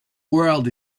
world